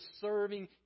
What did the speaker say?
serving